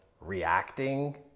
reacting